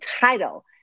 title